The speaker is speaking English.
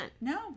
No